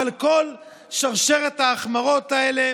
אבל כל שרשרת ההחמרות האלה